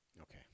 Okay